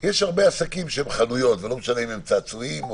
כי יש סכנה לשלום הציבור.